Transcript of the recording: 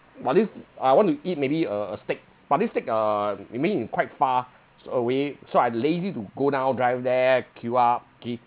but this I want to eat maybe a a steak but this steak uh it may be quite far away so I lazy to go down drive there queue up actually